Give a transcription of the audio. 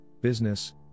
business